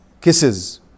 kisses